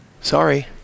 Sorry